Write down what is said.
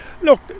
Look